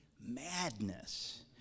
madness